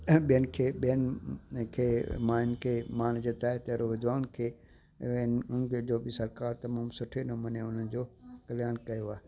ऐं ॿियनि खे ॿियनि खे मायुनि खे मान जे तहत विधवाउनि खे उन्हनि खे जो सरकार तमामु सुठे नमूने उन जो कल्याण कयो आहे